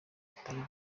bitari